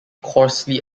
coarsely